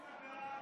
אין,